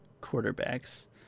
quarterbacks